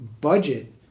budget